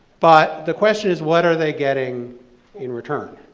but, the question is, what are they getting in return?